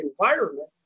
environment